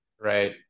Right